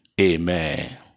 Amen